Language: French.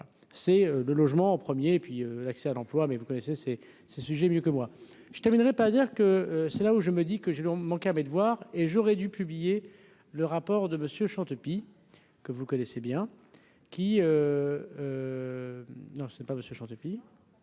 c'est le logement en 1er et puis l'accès à l'emploi, mais vous connaissez c'est ce sujet mieux que moi, je terminerai pas dire que c'est là où je me dis que je ai mon mes devoirs et j'aurais dû publier le rapport de monsieur Chantepy, que vous connaissez bien, qui, non c'est pas ce c'est pas